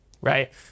right